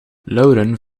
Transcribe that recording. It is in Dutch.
lauren